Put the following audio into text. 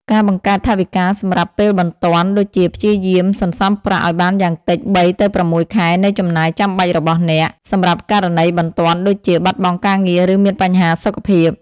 ការបង្កើតថវិការសម្រាប់ពេលបន្ទាន់ ដូចជា ព្យាយាមសន្សំប្រាក់ឱ្យបានយ៉ាងតិច ៣ ទៅ ៦ ខែនៃចំណាយចាំបាច់របស់អ្នក សម្រាប់ករណីបន្ទាន់ដូចជា បាត់បង់ការងារ ឬមានបញ្ហាសុខភាព។